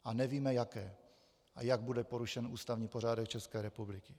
A nevíme jaké, a jak bude porušen ústavní pořádek České republiky.